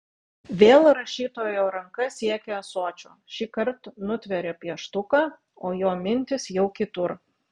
vėl rašytojo ranka siekia ąsočio šįkart nutveria pieštuką o jo mintys jau kitur